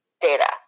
data